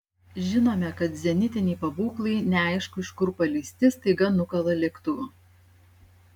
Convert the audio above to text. žinome kad zenitiniai pabūklai neaišku iš kur paleisti staiga nukala lėktuvą